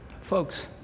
Folks